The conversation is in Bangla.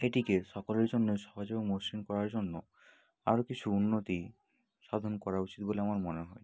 এটিকে সকলের জন্য সহজ এবং মসৃণ করার জন্য আরও কিছু উন্নতি সাধন করা উচিত বলে আমার মনে হয়